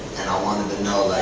wanted to know